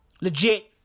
legit